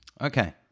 Okay